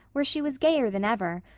where she was gayer than ever,